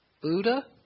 Buddha